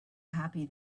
happy